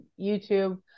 YouTube